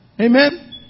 Amen